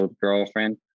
girlfriend